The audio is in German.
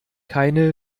keine